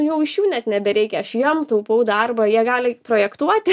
jau iš jų net nebereikia aš jiem taupau darbą jie gali projektuoti